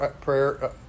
prayer